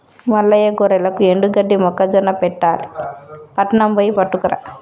మల్లయ్య గొర్రెలకు ఎండుగడ్డి మొక్కజొన్న పెట్టాలి పట్నం బొయ్యి పట్టుకురా